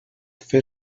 fer